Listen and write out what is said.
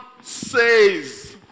says